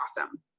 awesome